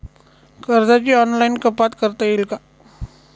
कर्जाची ऑनलाईन कपात करता येईल का?